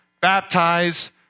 baptize